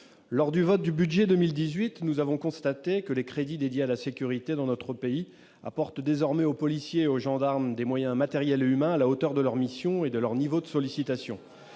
lors du vote du budget 2018, nous avons constaté que les crédits dédiés à la sécurité dans notre pays apportent désormais aux policiers et aux gendarmes des moyens matériels et humains à la hauteur de leur mission et de leur niveau de sollicitation,